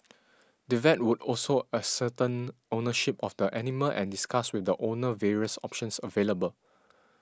the vet would also ascertain ownership of the animal and discuss with the owner various options available